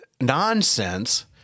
nonsense